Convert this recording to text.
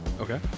Okay